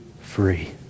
free